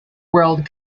world